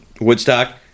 Woodstock